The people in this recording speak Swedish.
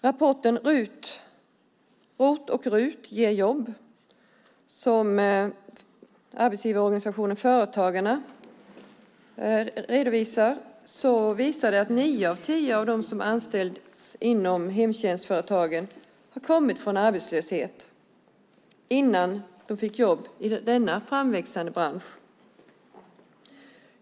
Rapporten ROT och RUT ger jobb , som arbetsgivarorganisationen Företagarna redovisar, visar att nio av tio av dem som anställts inom hemtjänstföretagen kom från arbetslöshet innan de fick jobb i denna framväxande bransch.